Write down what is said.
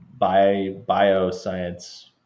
bioscience